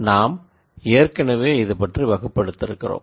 நாம் ஏற்கனவே இது பற்றி வகுப்பெடுத்திருக்கிறோம்